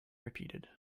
repeated